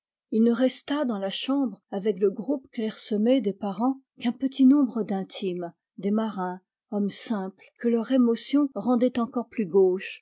il ne resta dans la chambre avec le groupe clairsemé des parents qu'un petit nombre d'intimes des marins hommes simples que leur émotion rendait encore plus gauches